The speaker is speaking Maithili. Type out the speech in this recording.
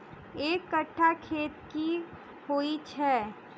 एक कट्ठा खेत की होइ छै?